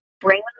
bring